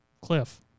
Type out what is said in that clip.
cliff